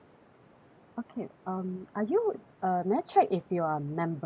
okay um are you uh may I check if you are a member